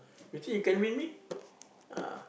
you think you can win me ah